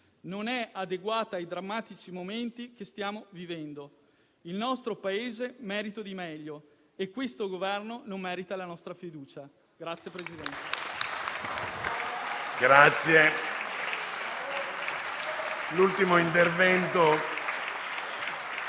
non è adeguata ai drammatici momenti che stiamo vivendo. Il nostro Paese merita di meglio e questo Governo non merita la nostra fiducia.